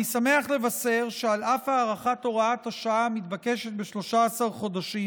אני שמח לבשר שעל אף הארכת הוראת השעה המתבקשת ב-13 חודשים,